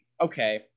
okay